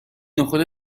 نخود